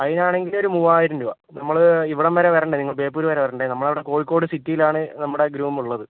അതിനാണെങ്കിലൊരു മൂവ്വായിരം രൂപ നമ്മള് ഇവിടെ വരെ വരണ്ടേ നിങ്ങള് ബേപ്പൂര് വരെ വരണ്ടേ നമ്മളവിടെ കോഴിക്കോട് സിറ്റിയിലാണ് നമ്മുടെ ഗ്രൂമുള്ളത്